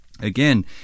again